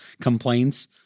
complaints